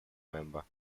member